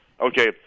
Okay